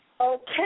Okay